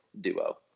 duo